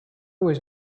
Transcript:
was